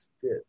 fit